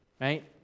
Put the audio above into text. Right